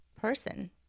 person